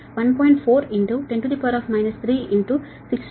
4 10 3 60 kilometre 26